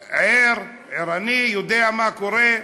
ערני, יודע מה קורה.